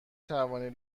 توانید